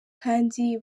kandi